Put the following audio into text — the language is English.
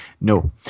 No